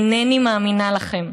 אינני מאמינה לכם.